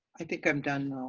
i think i'm done